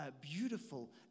beautiful